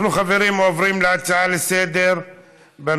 נעבור להצעה לסדר-היום מס' 8883,